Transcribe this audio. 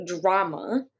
drama